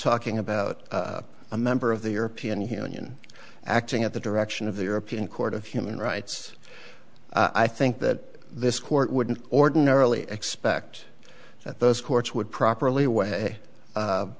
talking about a member of the european union acting at the direction of the european court of human rights i think that this court wouldn't ordinarily expect that those courts would properly way